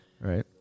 Right